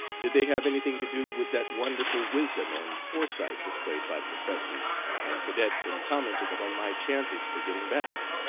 did they have any thing to do with that wonderful wisdom and foresight displayed by the professors and cadets in commenting upon my chances for getting back?